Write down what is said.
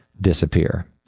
disappear